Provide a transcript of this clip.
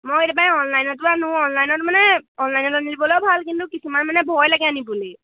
মই এইতিয়াৰাই অনলাইনতো আনো অনলাইনত মানে অনলাইনতনিবলেও ভাল কিন্তু কিছুমান মানে ভয় লাগে আনি বুলি